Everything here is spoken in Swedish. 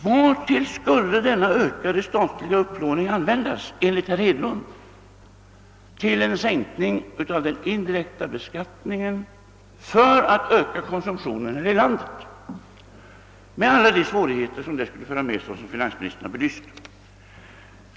Vartill skulle denna ökade statliga upplåning användas enligt herr Hedlund? Jo, till en sänkning av den indirekta beskattningen för att öka konsumtionen i landet, med alla de svårigheter som det skulle föra med sig och som finansministern har belyst.